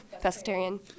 vegetarian